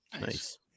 Nice